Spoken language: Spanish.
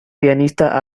pianista